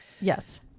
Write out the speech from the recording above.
yes